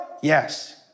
Yes